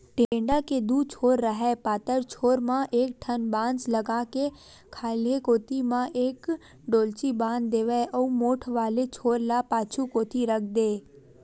टेंड़ा के दू छोर राहय पातर छोर म एक ठन बांस लगा के खाल्हे कोती म एक डोल्ची बांध देवय अउ मोठ वाले छोर ल पाछू कोती रख देय